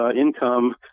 income